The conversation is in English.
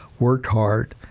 worked hard.